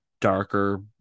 darker